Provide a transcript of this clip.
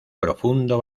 profundo